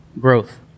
Growth